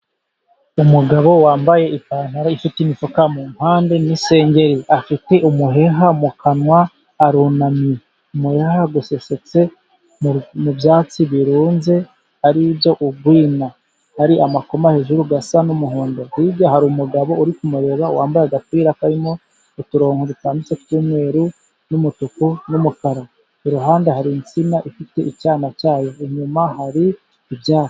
Umugabo wambaye ipantaro ifite imifuka mu mpande n'isengeri, afite umuheha mu kanwa, arunamye, umuheha usesetse mu byatsi birunze ari byo urwina. hari amakoma hejuru asa n'umuhondo. Hirya hari umugabo uri kumureba, wambaye agapira karimo uturongo dutambitse tw'umweru n'umutuku n'umukara, iruhande hari insina ifite icyana cyayo, inyuma hari ibya...